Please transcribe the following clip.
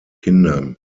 kindern